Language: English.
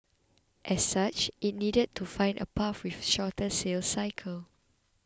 as such it needed to find a path with a shorter sales cycle